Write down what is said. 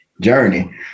journey